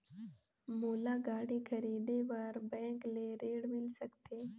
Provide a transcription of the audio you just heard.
मोला गाड़ी खरीदे बार बैंक ले ऋण मिल सकथे?